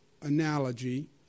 analogy